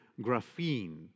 graphene